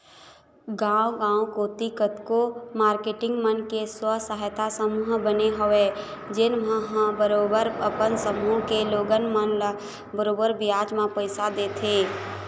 गाँव गाँव कोती कतको मारकेटिंग मन के स्व सहायता समूह बने हवय जेन मन ह बरोबर अपन समूह के लोगन मन ल बरोबर बियाज म पइसा देथे